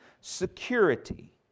security